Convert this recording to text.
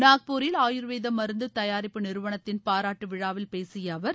நாக்பூரில் ஆயுர்வேத மருந்து தயாரிப்பு நிறுவனத்தின் பாராட்டு விழாவில் பேசிய அவர்